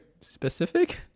specific